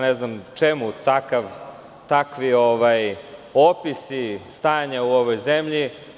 Ne znam čemu takvi opisi stanja u ovoj zemlji.